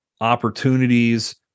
opportunities